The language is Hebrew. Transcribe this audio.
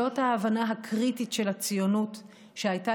זאת ההבנה הקריטית של הציונות שהייתה